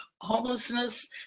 Homelessness